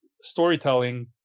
storytelling